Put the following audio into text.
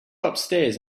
upstairs